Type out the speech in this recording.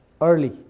early